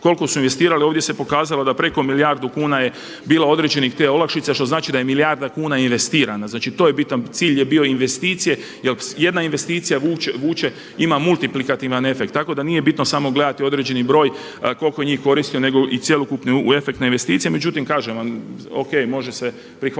Koliko su investirali ovdje se pokazalo da preko milijardu kuna je bilo određenih te olakšica što znači da je milijarda kuna investirana. Znači to je bitan, cilj je bio investicije. Jer jedna investicija vuče, ima multiplikativan efekt tako da nije bitno samo gledati određeni broj koliko je njih koristio nego cjelokupni efekt na investicije.